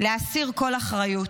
להסיר כל אחריות.